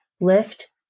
lift